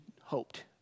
hoped